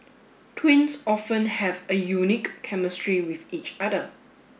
twins often have a unique chemistry with each other